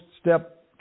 step